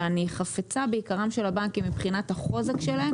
אני חפצה ביקרם של הבנקים מבחינת החוזק שלכם,